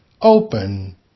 open